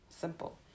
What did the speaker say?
Simple